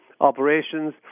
operations